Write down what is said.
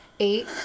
Eight